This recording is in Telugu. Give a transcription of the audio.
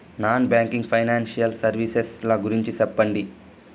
నాన్ బ్యాంకింగ్ ఫైనాన్సియల్ సర్వీసెస్ ల గురించి సెప్పండి?